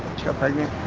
she got pregnant.